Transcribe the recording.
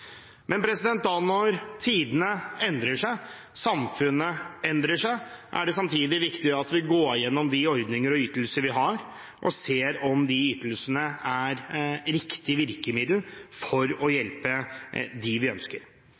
Men når tidene endrer seg, samfunnet endrer seg, er det samtidig viktig at vi går gjennom de ordninger og ytelser vi har, og ser om de ytelsene er riktig virkemiddel for å hjelpe dem vi ønsker.